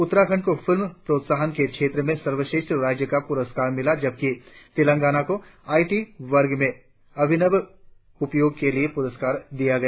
उत्तराखण्ड को फिल्म प्रोत्साहन के क्षेत्र में सर्वश्रेष्ठ राज्य का पुरस्कार मिला जबकि तेलंगाना को आई टी वर्ग में अभिनव उपयोग के लिए पुरस्कार दिया गया